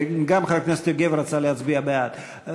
גם חבר הכנסת יוגב רצה להצביע בעד.